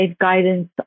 guidance